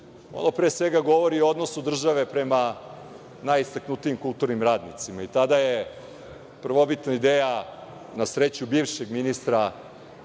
Ovo pre svega govori o odnosu države prema najistaknutijim kulturnim radnicima. Tada je prvobitna ideja, na sreću bivšeg ministra